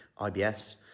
IBS